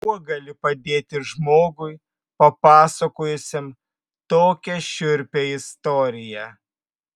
kuo gali padėti žmogui papasakojusiam tokią šiurpią istoriją